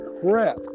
crap